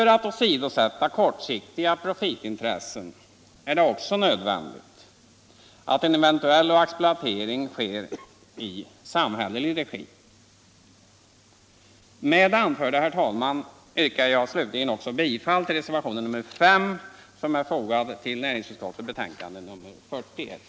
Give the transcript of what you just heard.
För att åsidosätta kortsiktiga profitintressen är det också nödvändigt att en eventuell exploatering sker i samhällelig regi. Med det anförda, herr talman, yrkar jag slutligen också bifall till reservationen 5 vid näringsutskottets betänkande nr 41.